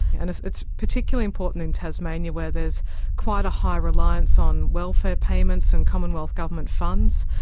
and it's it's particularly important in tasmania, where there's quite a high reliance on welfare payments and commonwealth government funds,